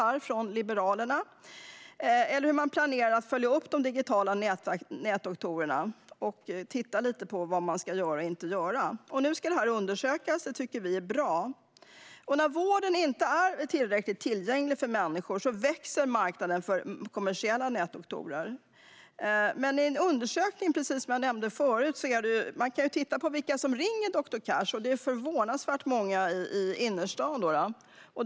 Det handlar om hur man planerar att följa upp de digitala nätdoktorerna och titta lite på vad de ska göra och inte göra. Nu ska det undersökas, och det tycker vi är bra. När vården inte är tillräckligt tillgänglig för människor växer marknaden för kommersiella nätdoktorer. Det har gjorts en undersökning, precis som jag nämnde förut. Man kan titta på vilka som ringer doktor Cash. Det är förvånansvärt många i innerstan.